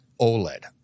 OLED